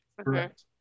Correct